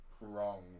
wrong